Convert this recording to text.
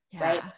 right